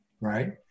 right